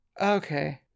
Okay